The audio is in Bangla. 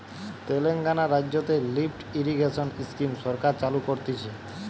তেলেঙ্গানা রাজ্যতে লিফ্ট ইরিগেশন স্কিম সরকার চালু করতিছে